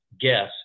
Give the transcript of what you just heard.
guess –